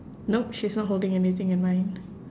nope she's not holding anything in mine